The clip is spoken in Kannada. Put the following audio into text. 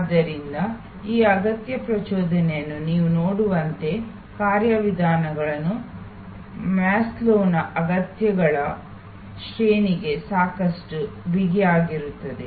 ಆದ್ದರಿಂದ ಈ ಅಗತ್ಯ ಪ್ರಚೋದನೆಯನ್ನು ನೀವು ನೋಡುವಂತೆ ಕಾರ್ಯವಿಧಾನಗಳು ಮಾಸ್ಲೋವ್ನ ಅಗತ್ಯಗಳ Maslow's hierarchyಶ್ರೇಣಿಗೆ ಸಾಕಷ್ಟು ಬಿಗಿಯಾಗಿರುತ್ತವೆ